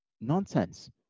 nonsense